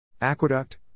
aqueduct